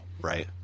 right